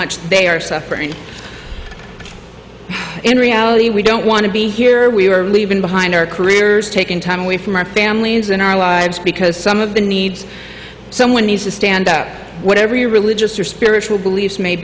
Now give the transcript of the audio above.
much they are suffering in reality we don't want to be here we were leaving behind our careers taking time away from our families in our lives because some of the needs someone needs to stand whatever your religious or spiritual beliefs may